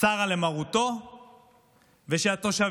סרה למרותו ושהתושבים